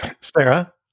Sarah